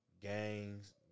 gangs